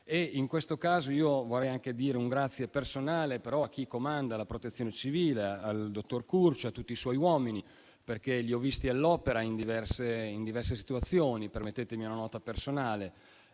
In questo caso, io vorrei dire un grazie personale a chi comanda la Protezione civile, il dottor Curcio, e a tutti i suoi uomini, perché li ho visti all'opera in diverse situazioni. Permettetemi una nota personale.